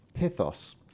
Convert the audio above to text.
pithos